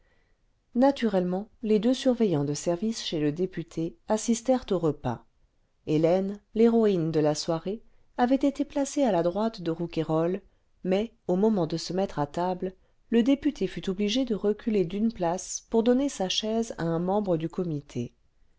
naturellement les deux surveillants de service chez le député assistèrent au repas hélène l'héroïne de la soirée avait été placée à la droite de rouquayrol mais au moment de se mettre à table le député fut obligé de reculer d'une place pour donner sa chaise à un membre du comité